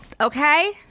Okay